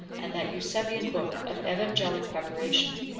and that eusebian book of evangelic preparation,